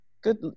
good